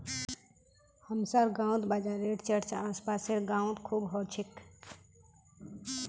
हमसार गांउत बाजारेर चर्चा आस पासेर गाउत खूब ह छेक